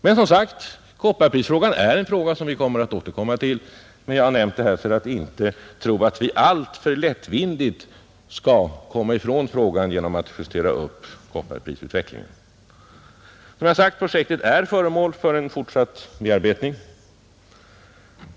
Men vi får som sagt återkomma till frågan om kopparpriset; jag har velat beröra den här bara för att ingen skall tro att vi mycket lättvindigt kan komma ifrån hela frågan genom att justera upp kopparprisutvecklingen. Det projekt vi här diskuterar är som sagt föremål för fortsatt bearbetning.